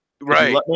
Right